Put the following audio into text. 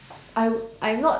I would I'm not